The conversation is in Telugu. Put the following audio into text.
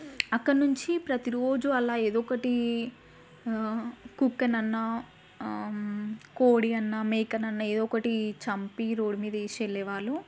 అక్కడి నుంచి ప్రతి రోజు అలా ఏదో ఒకటి కుక్కనన్నా కోడి అన్న మేకనన్నా ఏదో ఒకటి చంపి రోడ్ మీద వేసి వెళ్లే వాళ్ళు